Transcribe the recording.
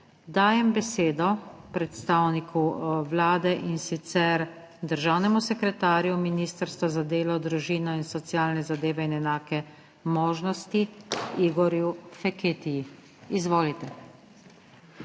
Dajem besedo predstavniku Vlade in sicer državnemu sekretarju Ministrstva za delo, družino, socialne zadeve in enake možnosti Igorju Feketija, izvolite.